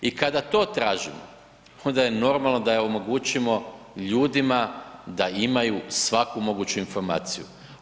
I kada to tražim onda je normalno da i omogućimo ljudima da imaju svaku moguću informaciju.